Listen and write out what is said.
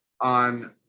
on